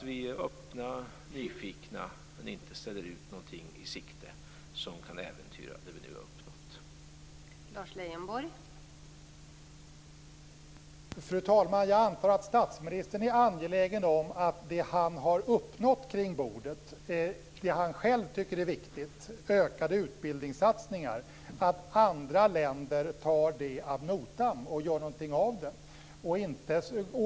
Vi är öppna och nyfikna, men ställer inte något i sikte som kan äventyra det vi nu har uppnått.